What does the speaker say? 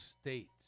states